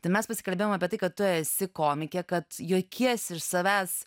tai mes pasikalbėjom apie tai kad tu esi komikė kad juokiesi iš savęs